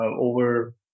over